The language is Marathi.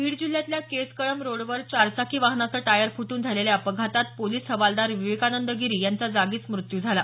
बीड जिल्ह्यातल्या केज कळंब रोडवर चारचाकी वाहनाचं टायर फुटून झालेल्या अपघातात पोलीस हवालदार विवेकानंद गिरी यांचा जागीच मृत्यू झाला